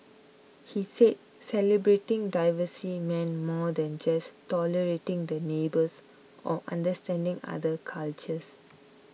he said celebrating diversity meant more than just tolerating the neighbours or understanding other cultures